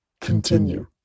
continue